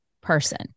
person